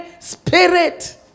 Spirit